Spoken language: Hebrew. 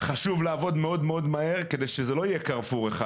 חשוב לעבוד מאוד מאוד מהר כדי שזה לא יהיה 'קרפור' אחד.